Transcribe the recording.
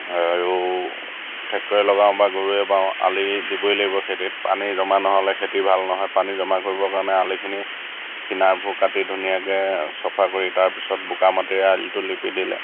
আৰু টেক্টৰৰে লগাওঁ বা গৰুৱে বাওঁ আলি দিবয়ে লাগিব খেতিত পানী জমা নহ'লে খেতি ভাল নহয় পানী জমা কৰিবৰ কাৰণে আলিখিনি কিনাৰবোৰ কাটি ধুনীয়াকৈ চাফা কৰি তাৰপিছত বোকা মাটিৰে আলিটো লিপি দিলে